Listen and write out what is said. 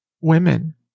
women